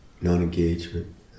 non-engagement